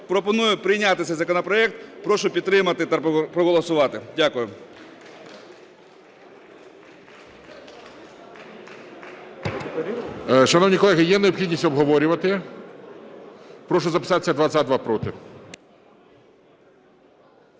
пропоную прийняти цей законопроект. Прошу підтримати та проголосувати. Дякую.